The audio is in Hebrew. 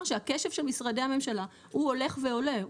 שהקשב של משרדי הממשלה הוא הולך ועולה,